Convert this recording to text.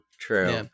True